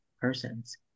persons